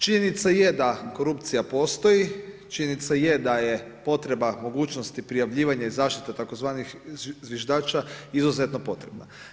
Činjenica je da korupcija postoji, činjenica je da je potreba mogućnosti prijavljivanje i zaštita tzv. zviždača izuzetno potrebni.